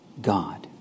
God